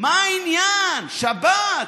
מה העניין, שבת?